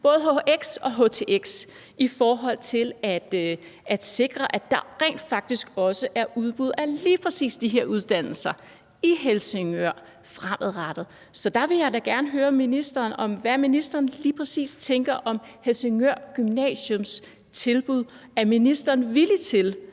både hhx og htx for at sikre, at der rent faktisk også er udbud af lige præcis de her uddannelser i Helsingør fremadrettet. Så der vil jeg da gerne høre ministeren om, hvad ministeren lige præcis tænker om Helsingør Gymnasiums tilbud. Er ministeren villig til at